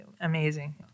amazing